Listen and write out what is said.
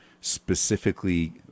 specifically